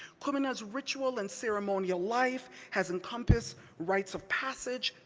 kumina's ritual and ceremonial life has encompassed rites of passage,